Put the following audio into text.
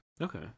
Okay